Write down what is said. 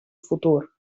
futur